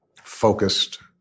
focused